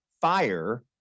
fire